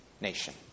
nation